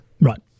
Right